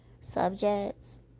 subjects